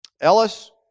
Ellis